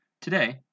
Today